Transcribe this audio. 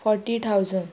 forty thousand